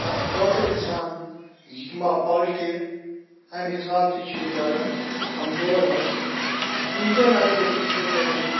اَتھ چھُ کھوژان اِنسان یہِ ما پَلٹہِ اَمہِ حِساب تہِ چھ یہِ بَڑٕ کَمزور حظ اِنٛجَن اگر أسۍ وٕچھو تَمیُک